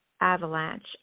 avalanche